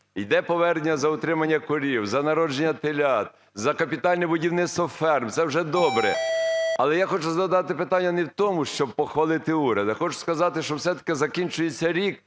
Іде повернення за утримання корів, за народження телят, за капітальне будівництво ферм – це вже добре. Але я хочу згадати питання не в тому, щоб похвалити уряд, а хочу сказати, що все-таки закінчується рік